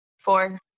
Four